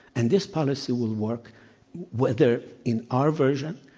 and this policy will work whether in our version,